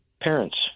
parents